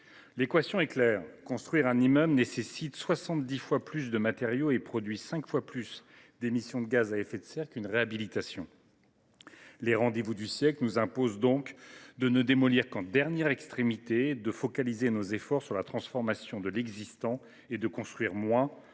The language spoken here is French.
l’équation est claire : construire un immeuble nécessite soixante dix fois plus de matériaux et produit cinq fois plus d’émissions de gaz à effet de serre qu’une réhabilitation. Les rendez vous du siècle nous imposent donc de ne démolir qu’en dernière extrémité, de focaliser nos efforts sur la transformation de l’existant et de construire moins, beaucoup